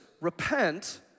repent